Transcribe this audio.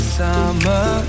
Summer